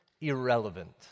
Irrelevant